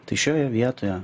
tai šioje vietoje